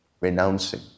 Renouncing